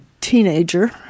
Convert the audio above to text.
teenager